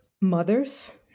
mothers